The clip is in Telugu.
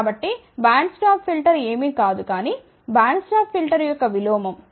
కాబట్టి బ్యాండ్ స్టాప్ ఫిల్టర్ ఏమీ కాదు కానీ బ్యాండ్ పాస్ ఫిల్టర్ యొక్క విలోమం